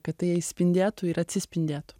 kad tai spindėtų ir atsispindėtų